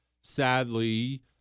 sadly